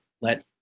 let